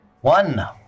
One